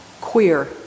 queer